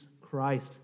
Christ